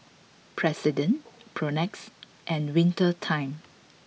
President Propnex and Winter Time